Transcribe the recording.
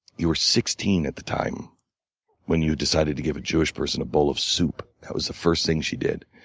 you were sixteen at the time when you decided to give a jewish person a bowl of soup. that was the first thing she did.